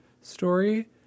story